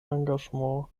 engagement